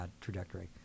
trajectory